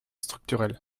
structurels